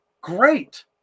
great